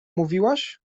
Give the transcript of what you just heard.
mówiłaś